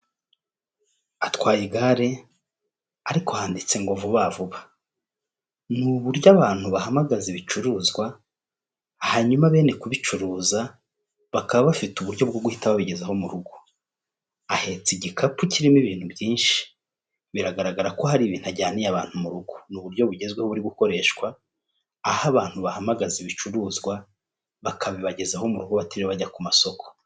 Atwaye igare ariko handitse ngo vuba vuba. Ni uburyo abantu bahamagaza ibicuruzwa hanyuma bene kubicuruza bakaba bafite uburyo bwo guhita babibagezaho mu rugo. Ahetse igikapu kirimo ibintu byinshi biragaragara ko hari ibintu ajyaniye abantu mu rugo. Ni uburyo bugezweho burimo gukoreshwa, aho abantu bahamagaza ibicuruzwa bakabibagezaho mu rugo batiriwe bajya ku masoko.